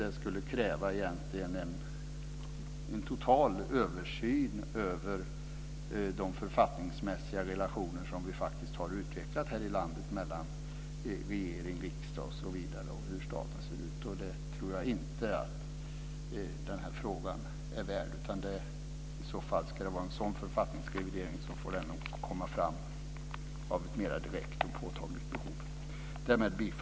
Det skulle egentligen kräva en total översyn över de författningsmässiga relationer som vi har utvecklat i det här landet mellan riksdag och regering och hur staten ser ut. Det tror jag inte att den här frågan är värd. Ska det vara en sådan författningsrevidering får det i så fall komma fram av ett mer direkt och påtagligt behov.